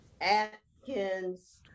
Atkins